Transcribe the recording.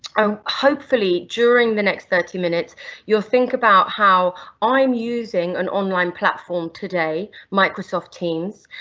um hopefully during the next thirty minutes you'll think about how i'm using an online platform today, microsoft teams,